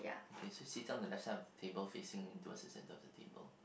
okay so seated on the left side of the table facing towards the centre of the table